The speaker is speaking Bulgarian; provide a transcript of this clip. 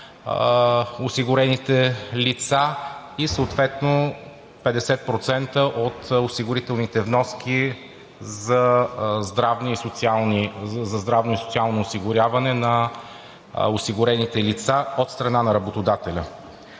осигурените лица и съответно 50% от осигурителните вноски за здравно и социално осигуряване на осигурените лица от страна на работодателя.